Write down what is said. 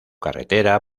carretera